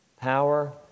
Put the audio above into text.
Power